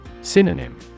Synonym